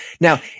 Now